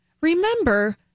Remember